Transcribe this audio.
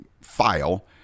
file